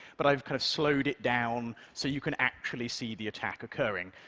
but i've kind of slowed it down so you can actually see the attack occurring.